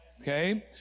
okay